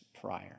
prior